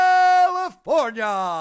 California